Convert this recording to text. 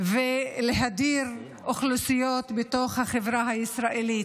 ולהדיר אוכלוסיות בתוך החברה הישראלית.